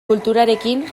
kulturarekin